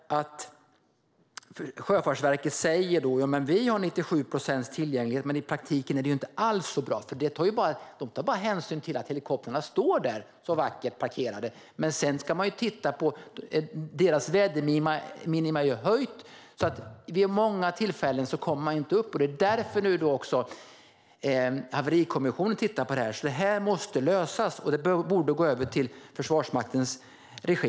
Sjöfartsverket säger att man har 97 procents tillgänglighet, men i praktiken är det inte alls så bra. Man tar bara hänsyn till att helikoptrarna står där så vackert parkerade. Sjöfartsverkets väderminimum har höjts, och därför kommer man vid många tillfällen inte upp i luften. Det är därför Haverikommissionen har tittat på problemet. Det måste lösas. Verksamheten borde i stället gå över till Försvarsmaktens regi.